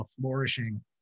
flourishing